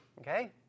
Okay